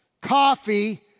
coffee